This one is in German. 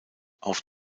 auf